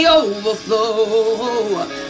overflow